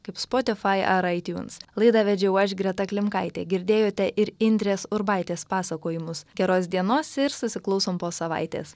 kaip spotifai ir aitiuns laidą vedžiau aš greta klimkaitė girdėjote ir indrės urbaitės pasakojimus geros dienos ir susiklausom po savaitės